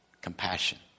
compassion